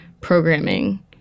programming